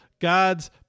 God's